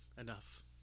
Enough